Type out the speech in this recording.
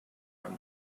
from